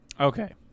okay